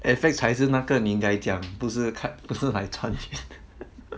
F_X 还是那个你应该讲不是看不是来赚钱的